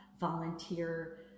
volunteer